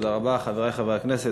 חברי חברי הכנסת,